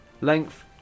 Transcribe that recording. Length